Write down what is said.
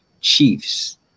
Chiefs